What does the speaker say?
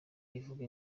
rivuga